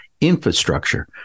infrastructure